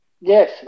Yes